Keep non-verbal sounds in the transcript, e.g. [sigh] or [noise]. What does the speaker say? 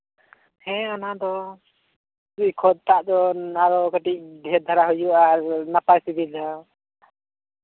ᱦᱮᱸ ᱚᱱᱟ ᱫᱚ ᱠᱷᱚᱛ ᱫᱟᱜ ᱫᱚ ᱟᱨᱚ ᱠᱟᱹᱴᱤᱡ ᱰᱷᱮᱨ ᱫᱷᱟᱨᱟ ᱦᱩᱭᱩᱜᱼᱟ ᱟᱨ ᱱᱟᱯᱟᱭ [unintelligible]